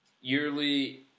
yearly